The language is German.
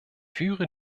führe